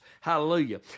Hallelujah